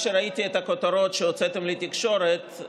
כשראיתי את הכותרות שהוצאתם לתקשורת,